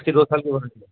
اس کی دو سال کی وارنٹی ہے